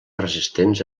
resistents